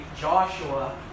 Joshua